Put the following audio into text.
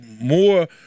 more